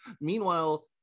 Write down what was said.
Meanwhile